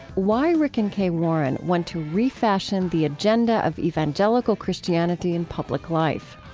why rick and kay warren want to refashion the agenda of evangelical christianity in public life.